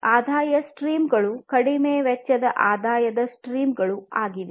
ಆದಾಯ ಸ್ಟ್ರೀಮ್ಗಳು ಕಡಿಮೆ ವೆಚ್ಚದ ಆದಾಯದ ಸ್ಟ್ರೀಮ್ಗಳು ಆಗಿವೆ